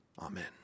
Amen